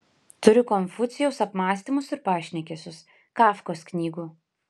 turiu konfucijaus apmąstymus ir pašnekesius kafkos knygų